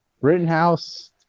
Rittenhouse